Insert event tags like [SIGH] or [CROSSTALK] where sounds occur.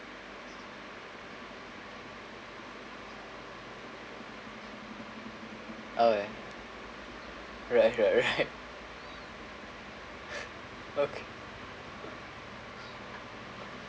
okay right right right [LAUGHS] okay